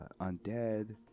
undead